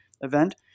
event